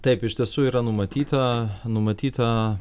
taip iš tiesų yra numatyta numatyta